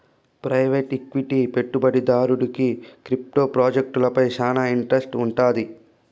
private equity పెట్టుబడిదారుడికి crypto ప్రాజెక్టులపై శానా ఇంట్రెస్ట్ వుండాది